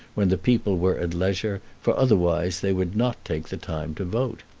when the people were at leisure, for otherwise they would not take the time to vote.